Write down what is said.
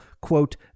quote